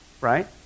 right